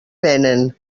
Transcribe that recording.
venen